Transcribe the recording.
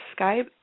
Skype